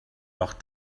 doch